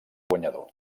guanyador